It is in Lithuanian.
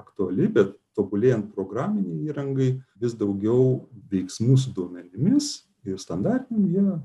aktuali bet tobulėjant programinei įrangai vis daugiau veiksmų su duomenimis is standartinį vieną